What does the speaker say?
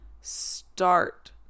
Start